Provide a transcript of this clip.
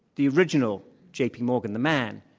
the original j. p. morgan, the man,